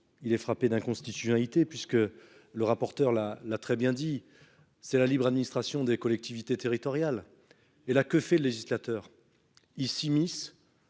Il est frappé d'inconstitutionnalité puisque le rapporteur là l'a très bien dit, c'est la libre administration des collectivités territoriales et la que fait le législateur,